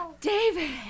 david